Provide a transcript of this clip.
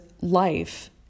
life